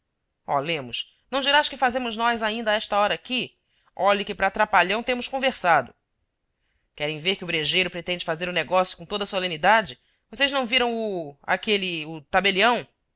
ó lemos não dirás que fazemos nós ainda a esta hora aqui olhe que para trapalhão temos conversado querem ver que o brejeiro pretende fazer o negócio com toda a solenidade vocês não viram o aquele o tabelião